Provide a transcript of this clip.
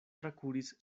trakuris